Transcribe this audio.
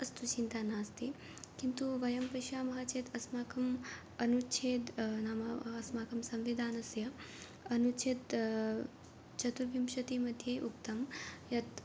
अस्तु चिन्ता नास्ति किन्तु वयं पश्यामः चेत् अस्माकं अनुच्छेदः नाम अस्माकं संविधानस्य अनुच्छेदः चतुर्विंशतिमध्ये उक्तं यत्